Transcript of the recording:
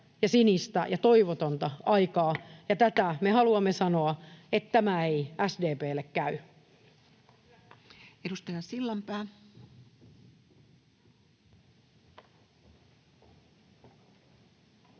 sinistä ja toivotonta aikaa. Ja me haluamme sanoa, että tämä ei SDP:lle käy. Edustaja Sillanpää. Arvoisa